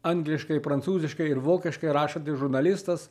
angliškai prancūziškai ir vokiškai rašantis žurnalistas